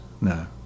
No